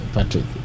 Patrick